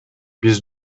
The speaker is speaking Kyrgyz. биз